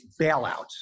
bailout